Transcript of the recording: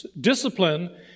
Discipline